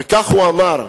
וכך הוא אמר: